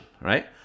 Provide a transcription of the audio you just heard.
right